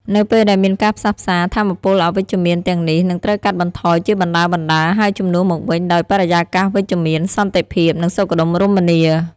នៅពេលដែលមានការផ្សះផ្សា ថាមពលអវិជ្ជមានទាំងនេះនឹងត្រូវកាត់បន្ថយជាបណ្ដើរៗ ហើយជំនួសមកវិញដោយបរិយាកាសវិជ្ជមាន សន្តិភាព និងសុខដុមរមនា។